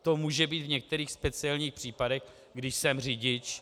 To může být v některých speciálních případech, když jsem řidič.